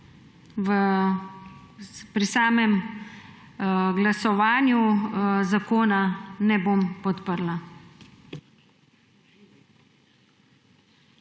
pri samem glasovanju zakona ne bom podprla.